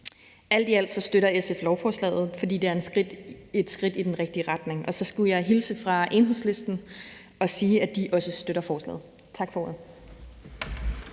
Alt i alt støtter SF lovforslaget, fordi det er et skridt et skridt i den rigtige retning. Og så skulle jeg hilse fra Enhedslisten og sige, at de også støtter forslaget. Tak for ordet.